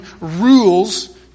rules